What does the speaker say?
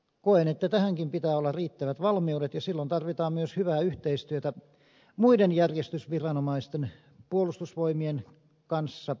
koen että tähänkin pitää olla riittävät valmiudet ja silloin tarvitaan myös hyvää yhteistyötä muiden järjestysviranomaisten puolustusvoimien kanssa erityisesti